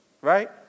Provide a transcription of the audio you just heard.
Right